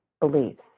beliefs